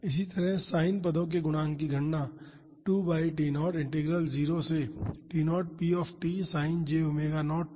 इसी तरह साइन पदों के गुणांक की गणना 2 बाई T0 इंटीग्रल 0 से T0 p Sin j⍵0 t dt द्वारा की जा सकती है